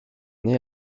née